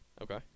Okay